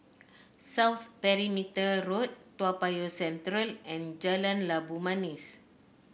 South Perimeter Road Toa Payoh Central and Jalan Labu Manis